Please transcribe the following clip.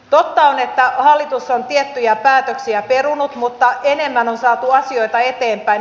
totta on että hallitus on tiettyjä päätöksiä perunut mutta enemmän on saatu asioita eteenpäin